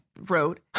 wrote